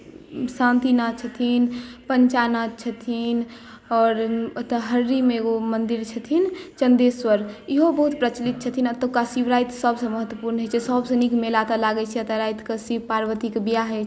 शान्तिनाथ छथिन पञ्चानाथ छथिन आओर ओतय हररिमे एगो मन्दिर छथिन चन्देश्वर इहो बहुत प्रचलित छथिन एतुका शिवराति सभसँ महत्वपुर्ण होइ छै सभसँ नीक मेला एतय लागै छै एतय शिव पार्वतीके बियाह होइ छै